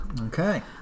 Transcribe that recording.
Okay